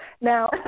Now